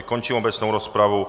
Končím obecnou rozpravu.